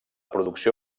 producció